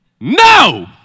No